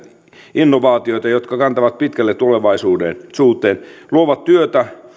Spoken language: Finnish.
innovaatioihin jotka kantavat pitkälle tulevaisuuteen luovat työtä